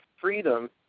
freedom